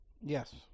Yes